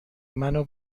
منو